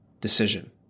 decision